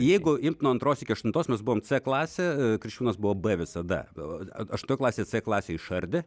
jeigu imt nuo antros iki aštuntos nes buvom c klasė kriščiūnas buvo b visada aštuntoj klasėj c klasę išardė